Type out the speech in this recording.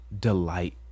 delight